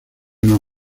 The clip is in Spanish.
nos